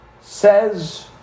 says